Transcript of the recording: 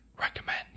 recommend